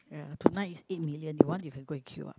ya tonight is eight million you want you can go and queue up